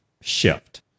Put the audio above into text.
shift